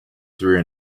through